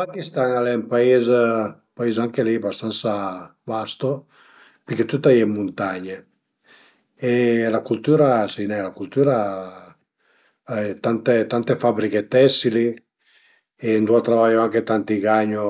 Ëncöi l'aveisa ën pochetin dë temp sicürament andarìa giü ënt ël garage, ën me garage, ën me laburatori e travaierìa ën po ël bosch, farìa farìa cuaiche travaiot cun ël